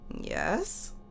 Yes